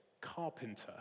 carpenter